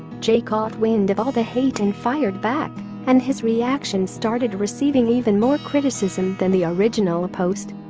jay caught wind of all the hate and fired back and his reaction started receiving even more criticism than the original ah post!